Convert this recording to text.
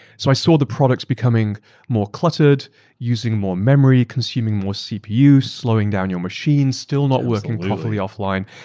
so i saw the product becoming more cluttered using more memory, consuming more cpu, slowing down your machine, still not working properly offline.